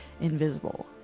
invisible